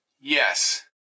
Yes